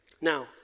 Now